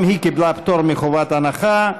גם היא קיבלה פטור מחובת הנחה.